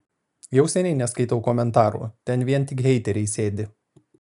jau seniai neskaitau komentarų ten vien tik heiteriai sėdi